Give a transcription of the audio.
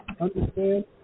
Understand